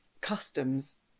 customs